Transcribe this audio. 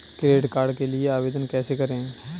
Credit card के लिए आवेदन कैसे करें?